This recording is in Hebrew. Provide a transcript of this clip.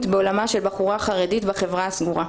בעולמה של בחורה חרדית בחברה הסגורה.